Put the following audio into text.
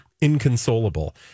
inconsolable